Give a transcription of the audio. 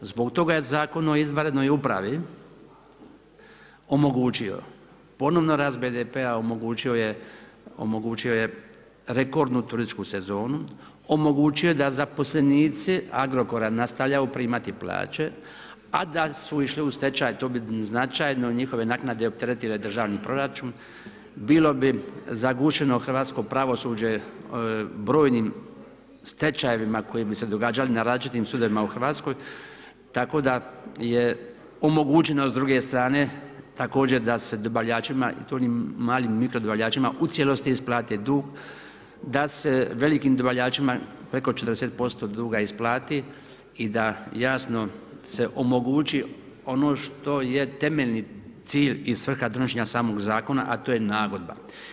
Zbog toga je Zakon o izvanrednoj upravi omogućio ponovni rast BDP-a, omogućio je rekordnu turističku sezonu, omogućio je da zaposlenici Agrokora nastavljaju primati plaće, a da su išli u stečaj to bi značajno njihove naknade opteretile državni proračun, bilo bi zagušeno hrvatsko pravosuđe brojnim stečajevima koji bi se događali na različitim sudovima u Hrvatskoj, tako da je omogućeno s druge strane također da se dobavljačima i to onim malim mikro dobavljačima u cijelosti isplati dug, da se velikim dobavljačima preko 40% duga isplati i da jasno se omogući ono što je temeljni cilj i svrha donošenja samog zakona, a to je nagodba.